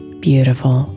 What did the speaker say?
beautiful